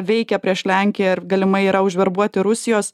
veikia prieš lenkiją ir galimai yra užverbuoti rusijos